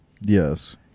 Yes